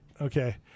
okay